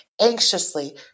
anxiously